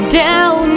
down